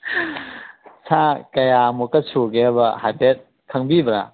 ꯁꯥ ꯀꯌꯥꯃꯨꯛꯀ ꯁꯨꯒꯦꯕ ꯍꯥꯏꯐꯦꯠ ꯈꯪꯕꯤꯕ꯭ꯔꯥ